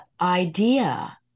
idea